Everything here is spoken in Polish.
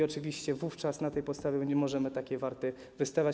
Oczywiście wówczas na tej podstawie nie możemy takiej warty wystawiać.